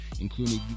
including